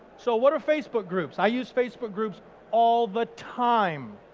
so what are facebook groups? i use facebook groups all the time.